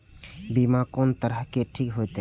बीमा कोन तरह के ठीक होते?